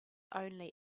only